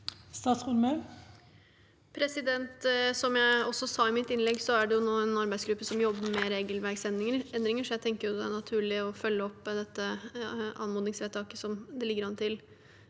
Som jeg sa i mitt innlegg, er det nå en arbeidsgruppe som jobber med regelverksendringer, så jeg tenker det er naturlig å følge opp det anmodningsvedtaket som det ligger an til,